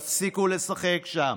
תפסיקו לשחק שם.